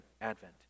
advent